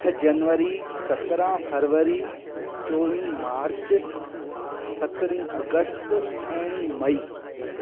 अठ जनवरी सत्रहं फरवरी चोवीह मार्च सत्रहं अगस्त अरिड़हं मई